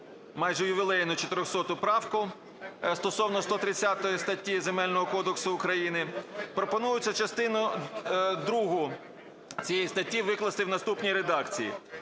майже ювілейну 400 правку стосовно 130 статті Земельного кодексу України. Пропонується частину другу цієї статті викласти в наступній редакції: